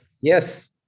yes